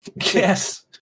Yes